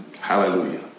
Hallelujah